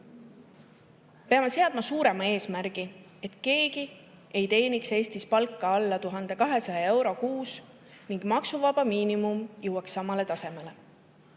Peame seadma suurema eesmärgi: et keegi ei teeniks Eestis palka alla 1200 euro kuus ning maksuvaba miinimum jõuaks samale tasemele.